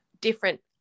different